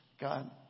God